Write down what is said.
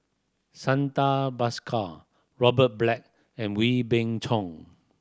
Santa Bhaskar Robert Black and Wee Bing Chong